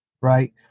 right